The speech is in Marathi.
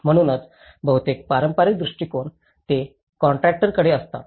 म्हणूनच बहुतेक पारंपारिक दृष्टिकोन ते कॉन्ट्रॅक्टरकडेच असतात